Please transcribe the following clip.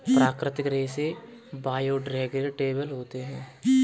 प्राकृतिक रेसे बायोडेग्रेडेबल होते है